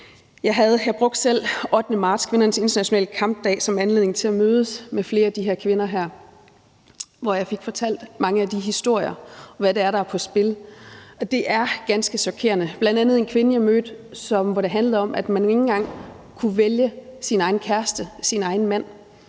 Jeg brugte selv 8. marts, kvindernes internationale kampdag, som anledning til at møde flere af de her kvinder, hvor jeg fik fortalt mange af de historier, og hvad det er, der er på spil. Og det er ganske chokerende. Jeg mødte bl.a. en kvinde, hvor det handlede om, at hun ikke engang kunne vælge sin egen kæreste, sin egen mand,